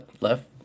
left